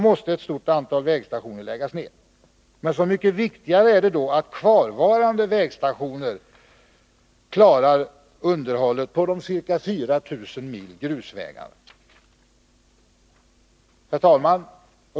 måste ett stort antal vägstationer läggas ned. Så mycket viktigare är det då att kvarvarande vägstationer klarar underhållet av våra ca 4000 mil grusvägar. Herr talman!